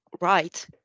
right